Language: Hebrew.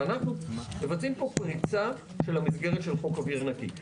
ואנחנו מבצעים פה פריצה של המסגרת של חוק אוויר נקי.